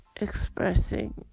expressing